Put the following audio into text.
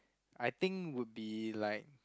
I think would be like